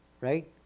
right